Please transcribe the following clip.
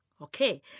Okay